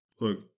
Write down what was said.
Look